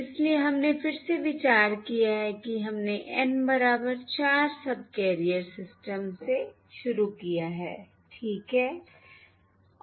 इसलिए हमने फिर से विचार किया है कि हमने N बराबर 4 सबकैरियर सिस्टम से शुरू किया है ठीक है